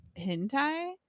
hentai